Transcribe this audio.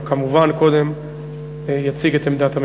אבל כמובן קודם יציג את עמדת הממשלה.